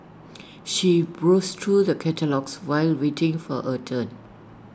she browsed through the catalogues while waiting for her turn